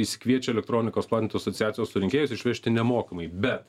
išsikviečia elektronikos platintojų asociacijos surinkėjus išvežti nemokamai bet